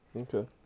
okay